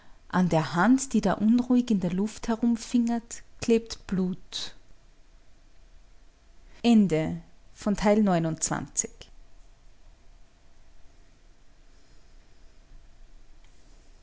an der hand die da unruhig in der luft herumfingert klebt blut